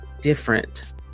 different